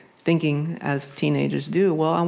thinking, as teenagers do, well, um